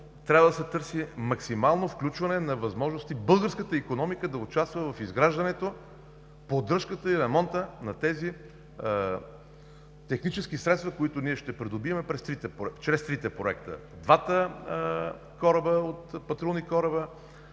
трябва да се търси максимално включване на възможности българската икономика да участва в изграждането, поддръжката и ремонта на тези технически средства, които ние ще придобием чрез трите проекта – двата патрулни кораба,